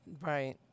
right